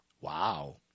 Wow